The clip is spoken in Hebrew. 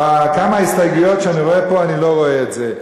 בכמה הסתייגויות שאני רואה פה אני לא רואה את זה.